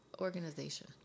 organization